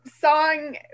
song